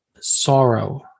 sorrow